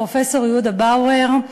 פרופסור יהודה באואר,